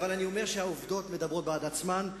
אבל העובדות מדברות בעד עצמן.